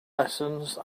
lessons